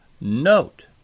Note